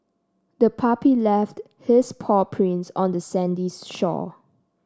the puppy left his paw prints on the sandy shore